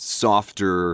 softer